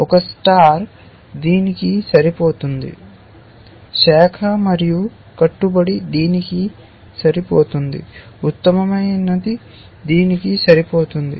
ఒక స్టార్ దీనికి సరిపోతుంది శాఖ మరియు కట్టుబడి దీనికి సరిపోతుంది ఉత్తమమైనది దీనికి సరిపోతుంది